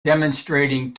demonstrating